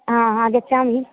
हा आगच्छामि